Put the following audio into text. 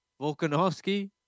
Volkanovski